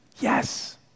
Yes